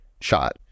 shot